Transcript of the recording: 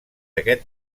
aquest